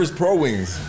pro-wings